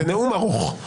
זה נאום ערוך.